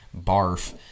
barf